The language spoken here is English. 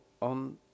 on